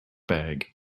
bag